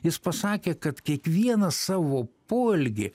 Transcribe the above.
jis pasakė kad kiekvieną savo poelgį